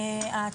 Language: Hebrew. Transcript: ההצלה,